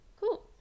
Cool